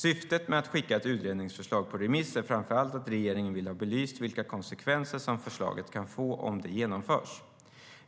Syftet med att skicka ett utredningsförslag på remiss är framför allt att regeringen vill ha belyst vilka konsekvenser som förslaget kan få om det genomförs.